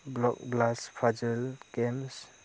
blast puzzle games